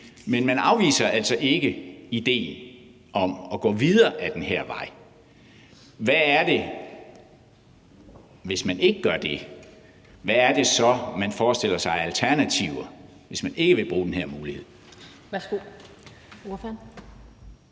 men man afviser altså ikke idéen om at gå videre ad den her vej. Hvad er det så – hvis man ikke gør det – man forestiller sig af alternativer, hvis man ikke vil bruge den her mulighed?